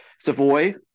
Savoy